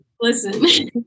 listen